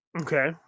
Okay